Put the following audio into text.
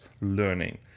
learning